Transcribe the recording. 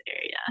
area